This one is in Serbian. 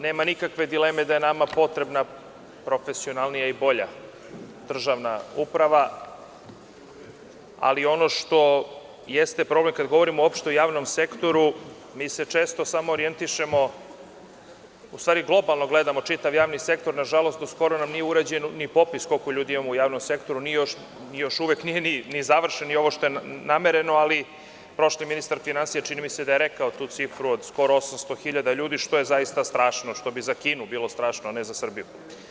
Nema nikakve dileme da je nama potrebna profesionalnija i bolja državna uprava, ali ono što jeste problem, kada govorimo o opštem i javnom sektoru, mi se često samo orijentišemo, u stvari globalno gledamo čitav javni sektor, nažalost do skoro nam nije urađen ni popis koliko ljudi imamo u javnom sektoru, još uvek nije ni završeno ni ovo što je namereno, ali prošli ministar finansija čini mi se da je rekao tu cifru od skoro 800 hiljada ljudi, što je zaista strašno, što bi za Kinu bilo strašno, a ne za Srbiju.